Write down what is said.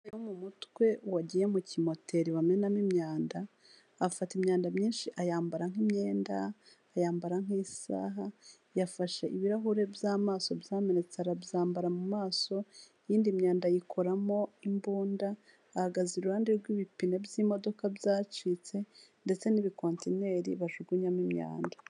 Umugore yo mu mutwe wagiye mu kimoteri bamenamo imyanda afata imyanda myinshi ayambara nk'imyenda ayambara nk'isaha, yafashe ibirahuri by'amaso byamenetse arabyambara mu maso, ya myanda ayikoramo imbunda ahagaze iruhande rw'ibipine by'imodoka byacitse, ndetse n'ibikoresho bajugunyamo imyanda.